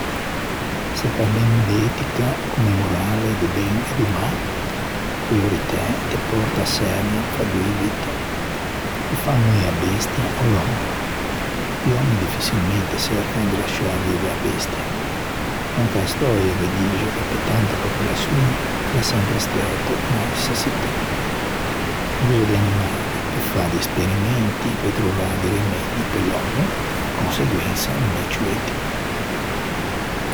Se parlemmo de etica comme morale, do ben e do mâ, a prioritæ a te pòrta à çerne doe vitte. Ò fâ moî a bestia ò l'ommo. I òmmi diffiçilmente çercan de lasciâ vive a bestia e anche a stöia a ghe dixe che pe tante popolaçioin l'é sempre stæto unna neçessitæ. L'uso di animali pe fâ di esperimenti e pe trovâ di rimeddi pe l'òmmo de conseguensa no l'é ciù etico.